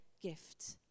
gift